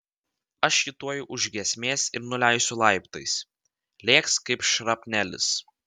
aš jį tuoj už giesmės ir nuleisiu laiptais lėks kaip šrapnelis